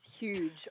Huge